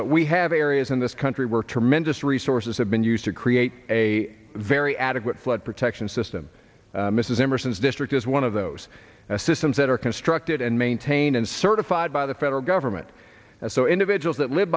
but we have areas in this country where tremendous resources have been used to create a very adequate flood protection system mrs emerson's district is one of those systems that are constructed and maintain and certified by the federal government and so individuals that live